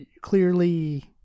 clearly